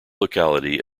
locality